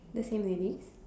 the same lady